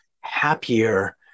happier